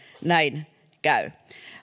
näin käy